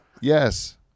Yes